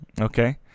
Okay